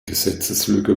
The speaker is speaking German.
gesetzeslücke